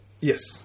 Yes